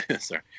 sorry